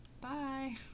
Bye